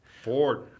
Ford